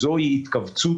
זו התכווצות